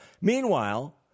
Meanwhile